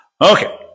Okay